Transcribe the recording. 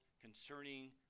concerning